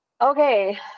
Okay